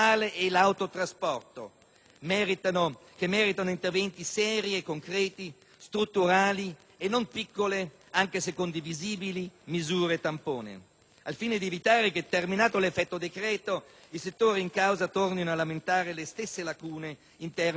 che meritano interventi seri e concreti, strutturali e non piccole, anche se condivisibili, misure tampone, al fine di evitare che, terminato l'"effetto decreto", i settori in causa tornino a lamentare le stesse lacune in termini di competitività.